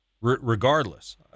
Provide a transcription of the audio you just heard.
regardless